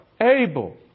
Able